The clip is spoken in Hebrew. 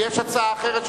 ויש הצעה אחרת,